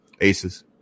aces